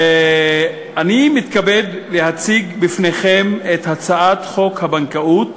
אני מתכבד להציג בפניכם את הצעת חוק הבנקאות